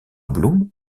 bloom